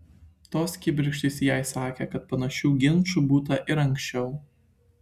tos kibirkštys jai sakė kad panašių ginčų būta ir anksčiau